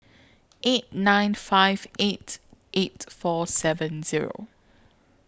eight nine five eight eight four seven Zero